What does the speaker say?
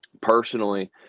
Personally